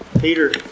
Peter